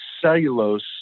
cellulose